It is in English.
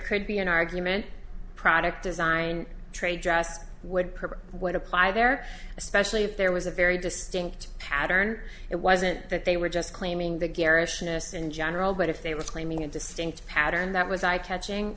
could be an argument product design trade just would predict what apply there especially if there was a very distinct pattern it wasn't that they were just claiming the garish ness in general but if they were claiming a distinct pattern that was eye catching